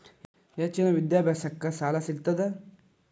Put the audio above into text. ಹೆಚ್ಚಿನ ವಿದ್ಯಾಭ್ಯಾಸಕ್ಕ ಸಾಲಾ ಸಿಗ್ತದಾ?